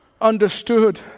understood